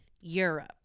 Europe